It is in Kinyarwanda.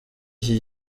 iki